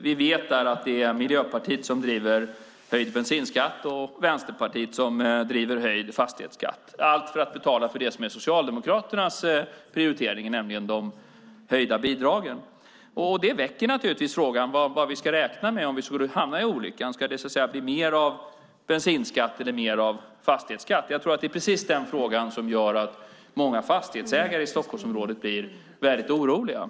Vi vet att det är Miljöpartiet som driver frågan om höjd bensinskatt och Vänsterpartiet frågan om höjd fastighetsskatt, allt för att betala det som är Socialdemokraternas prioritering, nämligen de höjda bidragen. Det väcker naturligtvis frågan vad vi kan räkna med om olyckan vore framme, om det ska bli mer av bensinskatt eller mer av fastighetsskatt. Jag tror att det är just den frågan som gör att många fastighetsägare i Stockholmsområdet blir oroliga.